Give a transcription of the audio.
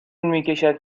میکشد